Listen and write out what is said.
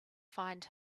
find